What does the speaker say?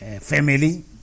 family